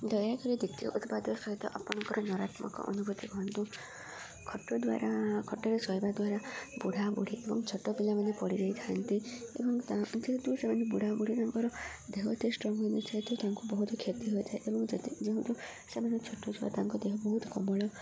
ଦୟାକରି ଦ୍ଵିତୀୟ ଉତ୍ପାଦ ସହିତ ଆପଣଙ୍କର ନକରାତ୍ମକ ଅନୁଭୂତି ହୁହନ୍ତୁ ଖଟ ଦ୍ୱାରା ଖଟରେ ସହହବା ଦ୍ୱାରା ବୁଢ଼ା ବୁଢ଼ୀ ଏବଂ ଛୋଟ ପିଲାମାନେ ପଡ଼ିଯାଇଥାନ୍ତି ଏବଂ ତ ଯେହେତୁ ସେମାନେ ବୁଢ଼ା ବୁଢ଼ୀ ତାଙ୍କର ଦେହତେ ଷ୍ଟ୍ରଙ୍ଗ ହୋଇନ ସହିତ ତାଙ୍କୁ ବହୁତ କ୍ଷତି ହୋଇଥାଏ ଏବଂ ଯେହେତୁ ସେମାନେ ଛୋଟ ଛୁଆ ତାଙ୍କ ଦେହ ବହୁତ କୋମଳ